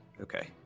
Okay